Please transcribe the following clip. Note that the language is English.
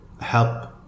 help